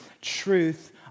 truth